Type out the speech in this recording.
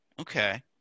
Okay